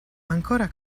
ancora